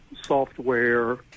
software